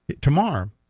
tomorrow